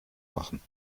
machen